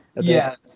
Yes